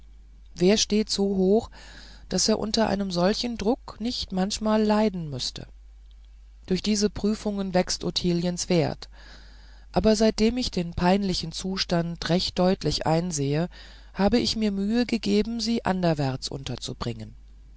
wer steht so hoch daß er unter einem solchen druck nicht manchmal leiden müßte durch diese prüfungen wächst ottiliens wert aber seitdem ich den peinlichen zustand recht deutlich einsehe habe ich mir mühe gegeben sie anderwärts unterzubringen